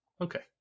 okay